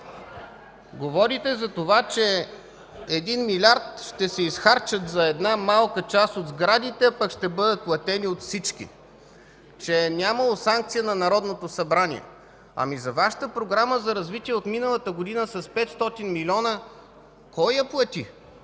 Говорите за това, че 1 милиард ще се изхарчат за една малка част от сградите, пък ще бъдат платени от всички, че нямало санкция на Народното събрание. Ами Вашата Програма за развитие от миналата година с 500 милиона кой я плати?!